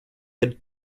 had